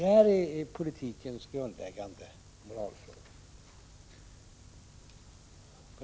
— Detta är en av politikens grundläggande moralfrågor.